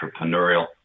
entrepreneurial